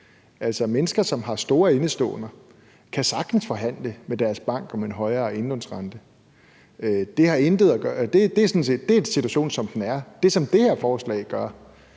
Altså, mennesker, som har store indeståender, kan sagtens forhandle med deres bank om en højere indlånsrente. Det er sådan set den situation, som er. Det, som det her forslag gør,